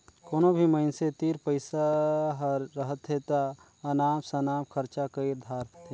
कोनो भी मइनसे तीर पइसा हर रहथे ता अनाप सनाप खरचा कइर धारथें